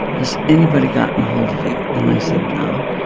has anybody gotten ahold of you? and i said, no.